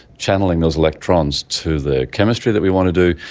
channelling those electrons to the chemistry that we want to do,